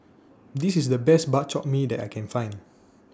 This IS The Best Bak Chor Mee that I Can Find